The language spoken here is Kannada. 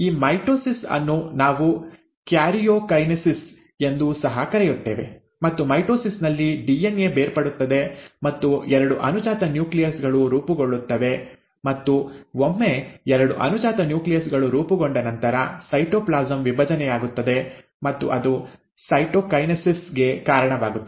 ಈ ಮೈಟೊಸಿಸ್ ಅನ್ನು ನಾವು ಕ್ಯಾರಿಯೋಕೈನೆಸಿಸ್ ಎಂದೂ ಸಹ ಕರೆಯುತ್ತೇವೆ ಮತ್ತು ಮೈಟೊಸಿಸ್ ನಲ್ಲಿ ಡಿಎನ್ಎ ಬೇರ್ಪಡುತ್ತದೆ ಮತ್ತು ಎರಡು ಅನುಜಾತ ನ್ಯೂಕ್ಲಿಯಸ್ ಗಳು ರೂಪುಗೊಳ್ಳುತ್ತವೆ ಮತ್ತು ಒಮ್ಮೆ ಎರಡು ಅನುಜಾತ ನ್ಯೂಕ್ಲಿಯಸ್ ಗಳು ರೂಪುಗೊಂಡ ನಂತರ ಸೈಟೋಪ್ಲಾಸಂ ವಿಭಜನೆಯಾಗುತ್ತದೆ ಮತ್ತು ಅದು ಸೈಟೊಕೈನೆಸಿಸ್ ಗೆ ಕಾರಣವಾಗುತ್ತದೆ